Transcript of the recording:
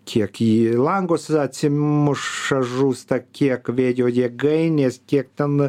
kiek į langus atsimuša žūsta kiek vėjo jėgainės kiek ten